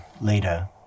later